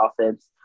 offense